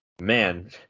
man